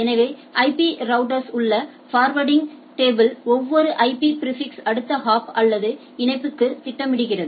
எனவே ஐபி ரௌட்டர்ஸில் உள்ள ஃபர்வேர்டிங் டேபிள் ஒவ்வொரு ஐபி பிாிஃபிக்ஸ்யும் அடுத்த ஹாப் அல்லது இணைப்புகளுக்கு திட்டமிடுகிறது